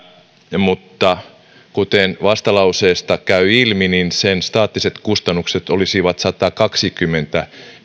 mutta kuten vastalauseesta käy ilmi sen staattiset kustannukset olisivat satakaksikymmentä